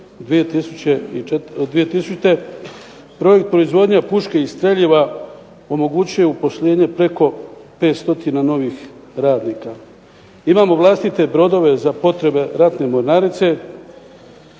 od 2000., projekt proizvodnja puške i streljiva omogućuje uposlenje preko 5 stotina novih radnika. Imamo vlastite brodove za potrebe ratne mornarice,